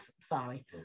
sorry